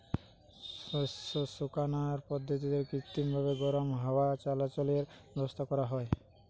শস্য শুকানার পদ্ধতিরে কৃত্রিমভাবি গরম হাওয়া চলাচলের ব্যাবস্থা করা হয়